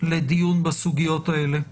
לדיון בסוגיות האלה,